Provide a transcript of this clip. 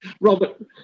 Robert